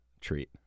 treat